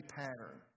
pattern